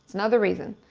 another reason.